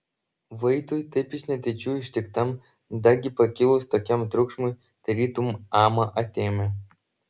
vaitui taip iš netyčių ištiktam dagi pakilus tokiam triukšmui tarytum amą atėmė